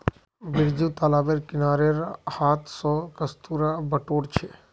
बिरजू तालाबेर किनारेर हांथ स कस्तूरा बटोर छ